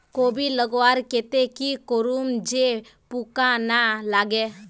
कोबी लगवार केते की करूम जे पूका ना लागे?